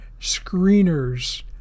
Screeners